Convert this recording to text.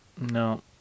No